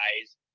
guys